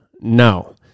no